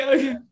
Okay